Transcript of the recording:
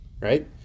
right